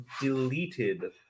deleted